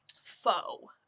foe